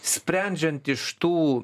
sprendžiant iš tų